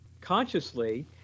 consciously